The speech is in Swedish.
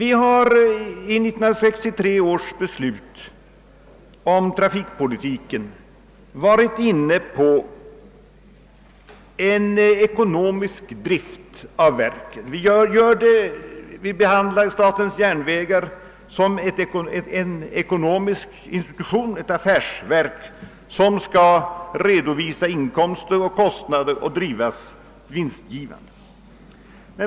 I 1963 års beslut om trafikpolitiken var vi inne på att verkens drift borde vara ekonomisk. Vi behandlar ju också statens järnvägar som ett affärsverk. SJ skall redovisa inkomster och utgifter och drivas med vinst.